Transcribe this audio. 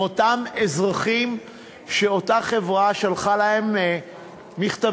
עם אותם אזרחים שאותה חברה שלחה להם מכתבים